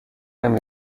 نمی